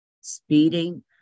speeding